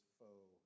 foe